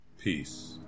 Peace